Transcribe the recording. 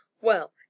Well